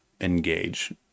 engage